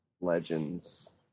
legends